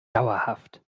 dauerhaft